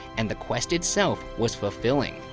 and the quest itself was fulfilling.